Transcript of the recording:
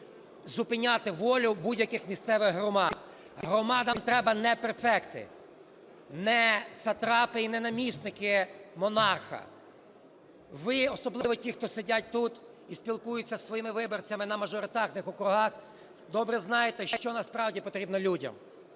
зупиняти волю будь-яких місцевих громад. Громадам треба не префекти, не сатрапи і не намісники монарха. Ви, особливо ті, хто сидять тут і спілкуються зі своїми виборцями на мажоритарних округах, добре знаєте, що насправді потрібно людям.